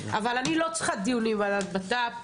אבל אני לא צריכה דיונים בוועדת בט"פ.